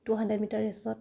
two hundred metre ৰেচত